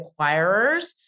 acquirers